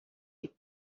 dick